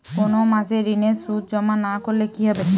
কোনো মাসে ঋণের সুদ জমা না করলে কি হবে?